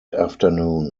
afternoon